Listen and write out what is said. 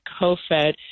COFED